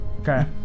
Okay